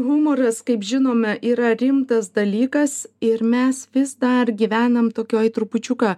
humoras kaip žinome yra rimtas dalykas ir mes vis dar gyvenam tokioj trupučiuką